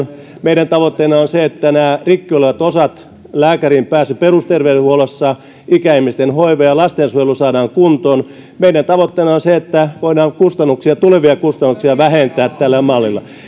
meidän tavoitteenamme on se että nämä rikki olevat osat lääkäriin pääsy perusterveydenhuollossa ikäihmisten hoiva ja lastensuojelu saadaan kuntoon meidän tavoitteenamme on se että voidaan tulevia kustannuksia vähentää tällä mallilla